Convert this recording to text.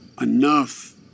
Enough